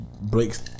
breaks